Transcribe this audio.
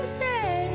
say